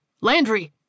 Landry